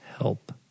help